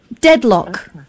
deadlock